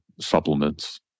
supplements